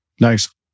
nice